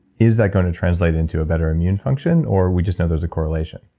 is that going to translate into a better immune function, or we just know there's a correlation?